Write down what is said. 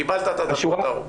קיבלת את הדקות הארוכות.